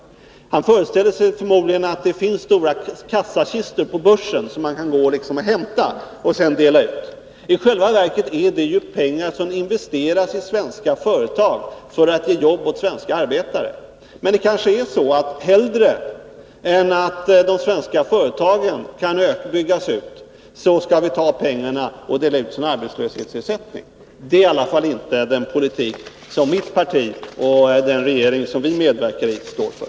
Lars-Ove Hagberg föreställer sig förmodligen att det finns stora kassakistor på börsen som man kan gå och hämta och sedan dela ut pengar. I själva verket är det ju pengar som investeras i svenska företag för att ge jobb åt svenska arbetare. Men det kanske är så att vi hellre än att bygga ut de svenska företagen skall ta pengarna och dela ut dem som arbetslöshetsersättning. Det är i alla fall inte den politik som mitt parti och den regering som vi medverkar i står för.